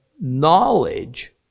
knowledge